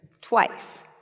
twice